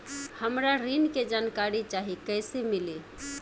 हमरा ऋण के जानकारी चाही कइसे मिली?